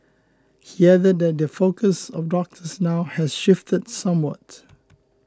he added that the focus of doctors now has shifted somewhat